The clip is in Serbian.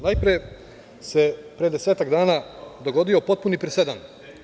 Najpre se pre desetak dana dogodio potpuno presedan.